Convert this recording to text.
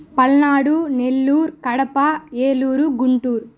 Palnadu Nellore Kadapa Eluru Guntur